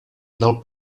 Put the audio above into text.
del